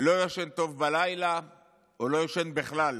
לא ישן טוב בלילה או לא ישן בכלל בלילה?